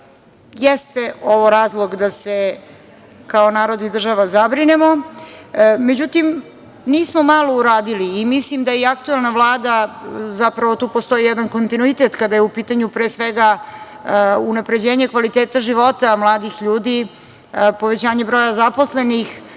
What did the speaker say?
ovo razlog da se kao narod i država zabrinemo, međutim nismo malo uradili. Mislim da je aktuelna Vlada, zapravo tu postoji jedan kontinuitet kada je u pitanju pre svega unapređenje kvaliteta života mladih ljudi, povećanje broja zaposlenih,